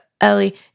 Ellie